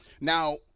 Now